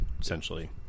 essentially